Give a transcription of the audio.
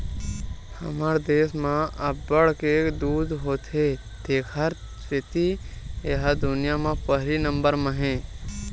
हमर देस म अब्बड़ के दूद होथे तेखर सेती ए ह दुनिया म पहिली नंबर म हे